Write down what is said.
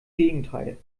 gegenteil